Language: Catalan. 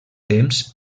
temps